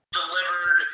delivered